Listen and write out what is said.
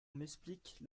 m’explique